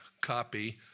copy